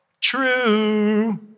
True